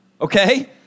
okay